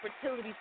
fertility